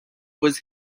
was